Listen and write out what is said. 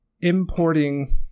importing